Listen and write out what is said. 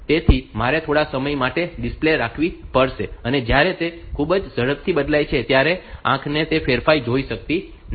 તેથી મારે થોડા સમય માટે ડિસ્પ્લે રાખવી પડશે અને જ્યારે તે ખૂબ જ ઝડપથી બદલાય છે ત્યારે આંખ તે ફેરફારને જોઈ શકશે નહીં